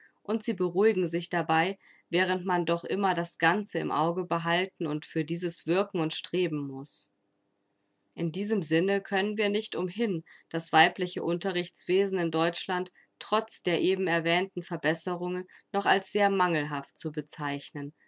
und sie beruhigen sich dabei während man doch immer das ganze im auge behalten und für dieses wirken und streben muß in diesem sinne können wir nicht umhin das weibliche unterrichtswesen in deutschland trotz der eben erwähnten verbesserungen noch als sehr mangelhaft zu bezeichnen